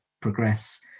progress